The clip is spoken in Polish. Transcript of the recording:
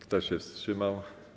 Kto się wstrzymał?